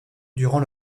durant